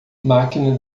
máquina